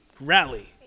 rally